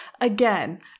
Again